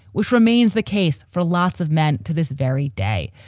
which remains the case for lots of men to this very day.